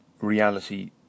reality